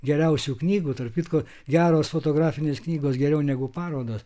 geriausių knygų tarp kitko geros fotografinės knygos geriau negu parodos